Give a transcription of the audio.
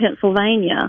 Pennsylvania